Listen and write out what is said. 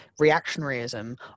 reactionaryism